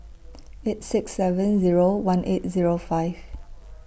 eight six seven Zero one eight Zero five